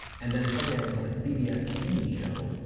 and then, suddenly, i was on a cbs tv show,